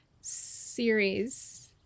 series